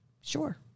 Sure